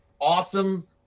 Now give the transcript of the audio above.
awesome